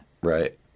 Right